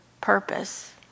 purpose